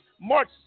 March